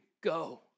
go